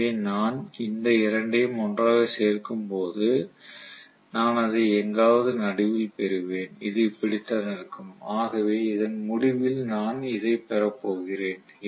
எனவே நான் இந்த இரண்டையும் ஒன்றாகச் சேர்க்கும்போது நான் அதை எங்காவது நடுவில் பெறுவேன் இது இப்படித்தான் இருக்கும் ஆகவே இதன் முடிவில் நான் இதைப் பெறப்போகிறேன்